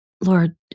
Lord